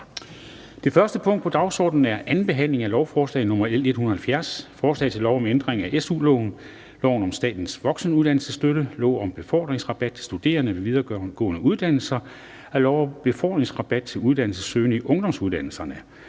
Det første punkt på dagsordenen er: 1) 2. behandling af lovforslag nr. L 107: Forslag til lov om ændring af SU-loven, lov om statens voksenuddannelsesstøtte, lov om befordringsrabat til studerende ved videregående uddannelser og lov om befordringsrabat til uddannelsessøgende i ungdomsuddannelser